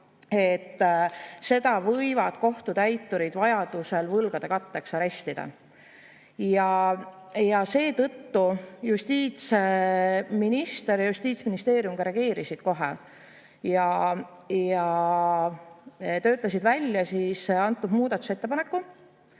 et selle võivad kohtutäiturid vajadusel võlgade katteks arestida. Justiitsminister ja Justiitsministeerium reageerisid kohe ja töötasid välja muudatusettepaneku,